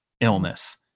illness